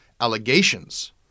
allegations